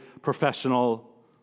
professional